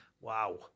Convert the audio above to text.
wow